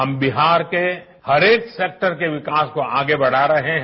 हम बिहार के हर एक सेक्टर के विकास को आगे बढा रहे हैं